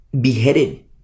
beheaded